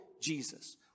Jesus